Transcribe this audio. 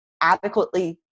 adequately